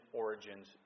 origins